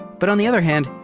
but on the other hand,